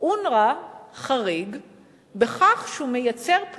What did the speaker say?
אלא גם עם